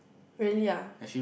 really ah